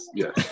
yes